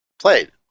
played